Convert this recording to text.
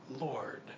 Lord